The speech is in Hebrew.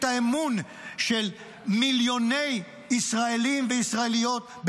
האמון של מיליוני ישראלים וישראליות,